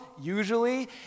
usually